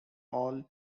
all